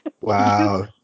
wow